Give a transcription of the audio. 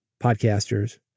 podcasters